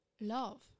love